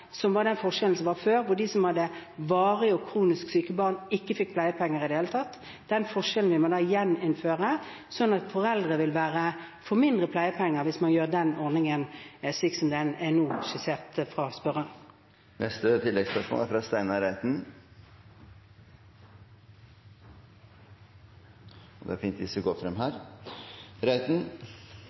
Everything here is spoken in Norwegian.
var det en forskjell før, hvor de som hadde varig kronisk syke barn, ikke fikk pleiepenger i det hele tatt. Den forskjellen vil man da gjeninnføre, slik at foreldre vil få mindre pleiepenger hvis man innfører den ordningen slik som den er skissert nå fra